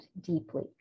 deeply